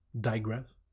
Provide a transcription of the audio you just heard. Digress